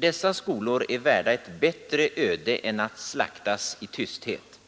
Dessa skolor är värda ett bättre öde än att slaktas i tysthet,